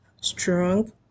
strong